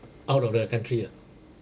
out of the country ah